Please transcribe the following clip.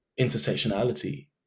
intersectionality